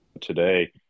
Today